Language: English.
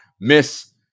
miss